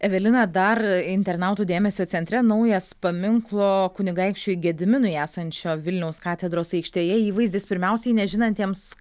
evelina dar internautų dėmesio centre naujas paminklo kunigaikščiui gediminui esančio vilniaus katedros aikštėje įvaizdis pirmiausiai nežinantiems